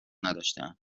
نداشتهاند